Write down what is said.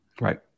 Right